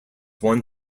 one